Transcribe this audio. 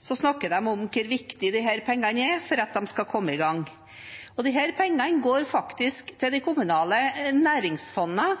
snakker de om hvor viktig disse pengene er for at man skal kunne komme i gang. Disse pengene går til de kommunale næringsfondene.